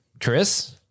Chris